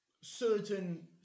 certain